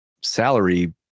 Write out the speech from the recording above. salary